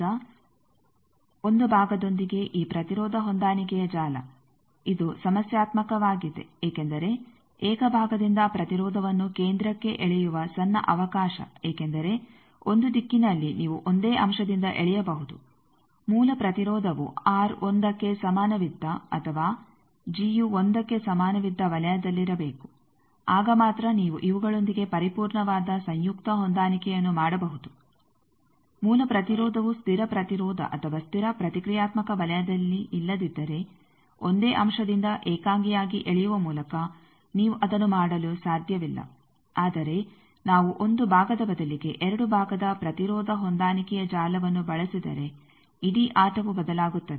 ಈಗ 1 ಭಾಗದೊಂದಿಗೆ ಈ ಪ್ರತಿರೋಧ ಹೊಂದಾಣಿಕೆಯ ಜಾಲ ಇದು ಸಮಸ್ಯಾತ್ಮಕವಾಗಿದೆ ಏಕೆಂದರೆ ಏಕ ಭಾಗದಿಂದ ಪ್ರತಿರೋಧವನ್ನು ಕೇಂದ್ರಕ್ಕೆ ಎಳೆಯುವ ಸಣ್ಣ ಅವಕಾಶ ಏಕೆಂದರೆ 1 ದಿಕ್ಕಿನಲ್ಲಿ ನೀವು ಒಂದೇ ಅಂಶದಿಂದ ಎಳೆಯಬಹುದು ಮೂಲ ಪ್ರತಿರೋಧವು ಆರ್ 1ಕ್ಕೆ ಸಮಾನವಿದ್ದ ಅಥವಾ ಜಿಯು 1ಕ್ಕೆ ಸಮಾನವಿದ್ದ ವಲಯದಲ್ಲಿರಬೇಕು ಆಗ ಮಾತ್ರ ನೀವು ಇವುಗಳೊಂದಿಗೆ ಪರಿಪೂರ್ಣವಾದ ಸಂಯುಕ್ತ ಹೊಂದಾಣಿಕೆಯನ್ನು ಮಾಡಬಹುದು ಮೂಲ ಪ್ರತಿರೋಧವು ಸ್ಥಿರ ಪ್ರತಿರೋಧ ಅಥವಾ ಸ್ಥಿರ ಪ್ರತಿಕ್ರಿಯಾತ್ಮಕ ವಲಯದಲ್ಲಿ ಇಲ್ಲದಿದ್ದರೆ ಒಂದೇ ಅಂಶದಿಂದ ಏಕಾಂಗಿಯಾಗಿ ಎಳೆಯುವ ಮೂಲಕ ನೀವು ಅದನ್ನು ಮಾಡಲು ಸಾಧ್ಯವಿಲ್ಲ ಆದರೆ ನಾವು 1 ಭಾಗದ ಬದಲಿಗೆ 2 ಭಾಗದ ಪ್ರತಿರೋಧ ಹೊಂದಾಣಿಕೆಯ ಜಾಲವನ್ನು ಬಳಸಿದರೆ ಇಡೀ ಆಟವು ಬದಲಾಗುತ್ತದೆ